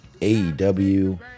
AEW